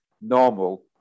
normal